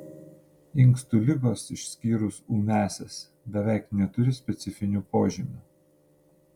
inkstų ligos išskyrus ūmiąsias beveik neturi specifinių požymių